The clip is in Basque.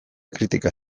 kritika